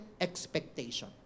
expectation